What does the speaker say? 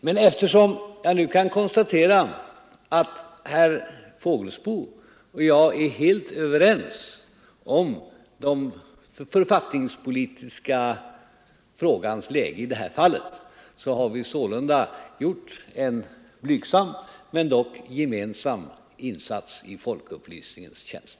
Men eftersom jag nu kan konstatera att herr Fågelsbo och jag är helt överens om den författningspolitiska frågans läge i detta fall har vi sålunda gjort en blygsam men dock gemensam insats i folkupplysningens tjänst.